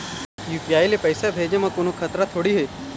UPI ले पैसे भेजे म कोन्हो खतरा थोड़ी हे?